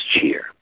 cheer